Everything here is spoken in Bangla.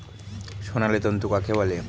সোনালী তন্তু কাকে বলে?